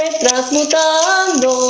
transmutando